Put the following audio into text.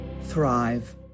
thrive